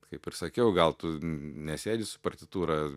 kaip ir sakiau gal tu nesėdi su partitūra